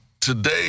Today